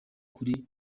kuri